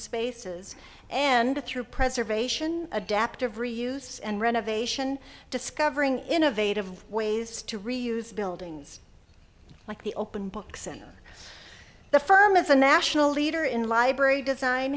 spaces and through preservation adaptive reuse and renovation discovering innovative ways to reuse buildings like the open books in the firm as a national leader in library design